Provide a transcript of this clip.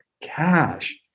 cash